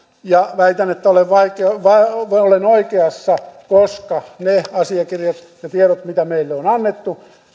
ja väitän että minä olen oikeassa koska niistä asiakirjoista ja tiedoista mitä meille on annettu